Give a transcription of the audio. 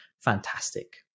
fantastic